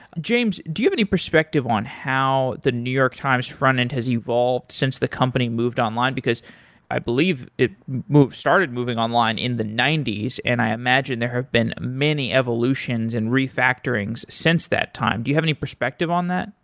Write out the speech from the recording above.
james, do you have any perspective on how the new york times front-end has evolved since the company moved online because i believe it move started moving online in the ninety s and i imagine there have been many evolutions and refactoring since that time. do you have perspective on that?